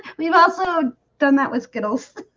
we've also done that with skittles